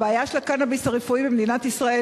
הבעיה של הקנאביס הרפואי במדינת ישראל,